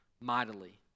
mightily